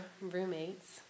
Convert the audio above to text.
roommates